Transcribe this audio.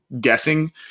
guessing